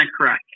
correct